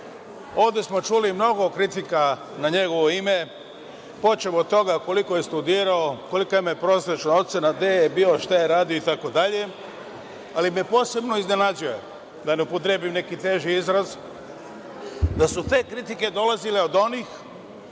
smo čuli mnogo kritika na njegovo ime, počev od toga koliko je studirao, kolika mu je prosečna, gde je bio, šta je radio itd, ali me posebno iznenađuje, da ne upotrebim neki teži izraz da su te kritike dolazile od onih